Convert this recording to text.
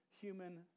human